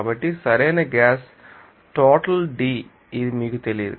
కాబట్టి సరైన gas total D ఇది మీకు తెలియదు